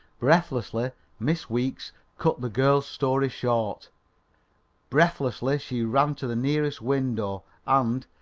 breathlessly miss weeks cut the girl's story short breathlessly she rushed to the nearest window, and,